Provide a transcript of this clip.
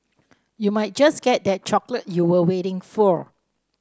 you might just get that chocolate you were waiting for